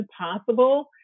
possible